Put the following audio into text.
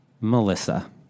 Melissa